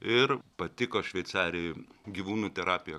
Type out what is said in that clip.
ir patiko šveicarijoj gyvūnų terapija